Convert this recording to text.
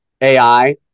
ai